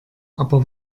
aber